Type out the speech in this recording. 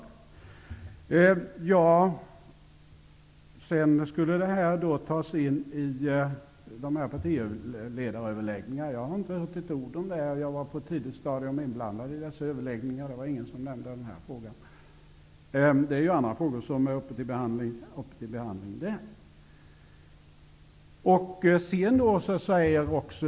Denna fråga skulle sedan tas upp vid partiledaröverläggningar. Detta har jag inte hört ett ord om. Jag var på ett tidigt stadium inblandad i dessa överläggningar, men inget nämndes om denna fråga. Det är ju andra frågor som tas upp för behandling där.